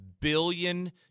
billion